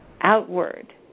outward